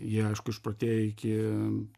jie aišku išprotėję iki